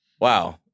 Wow